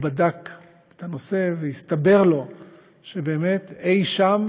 הוא בדק את הנושא, והסתבר לו שבאמת אי-שם